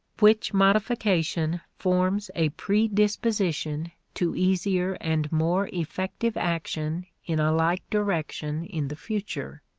which modification forms a predisposition to easier and more effective action in a like direction in the future.